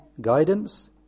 guidance